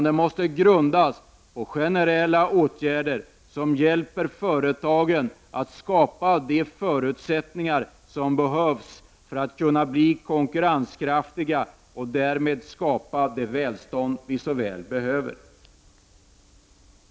Den måste grundas på generella åtgärder som hjälper företagen att skapa de förutsättningar som behövs för att de skall bli konkurrenskraftiga och därmed skapa det välstånd vi behöver.